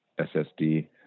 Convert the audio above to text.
SSD